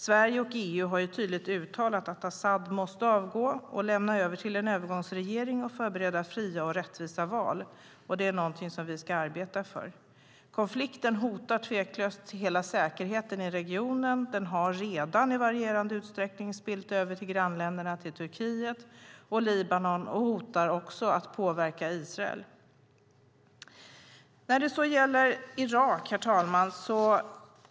Sverige och EU har tydligt uttalat att Assad måste avgå, lämna över till en övergångsregering och förbereda fria och rättvisa val. Det är någonting som vi ska arbeta för. Konflikten hotar tveklöst säkerheten i regionen. Den har redan, i varierande utsträckning, spillt över till grannländerna Turkiet och Libanon och hotar att också påverka Israel. Herr talman!